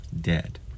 dead